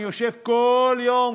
אני יושב כל יום,